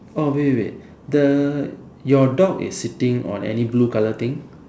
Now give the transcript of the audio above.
oh wait wait wait the your dog is sitting on any blue color thing